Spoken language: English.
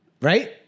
right